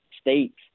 states